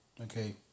Okay